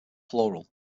plural